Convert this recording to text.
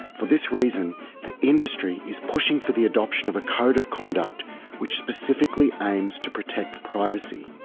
for this reason the industry is pushing for the adoption of a code of conduct which specifically aims to protect privacy.